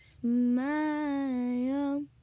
smile